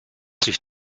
sich